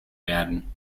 werden